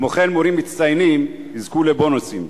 כמו כן, מורים מצטיינים יזכו לבונוסים.